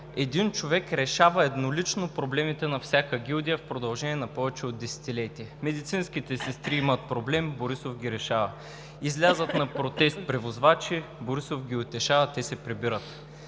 един човек решава еднолично проблемите на всяка гилдия в продължение на повече от десетилетие. Медицинските сестри имат проблем – Борисов го решава, излязат на протест превозвачи – Борисов ги утешава и те се прибират.